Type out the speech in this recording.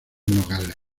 nogales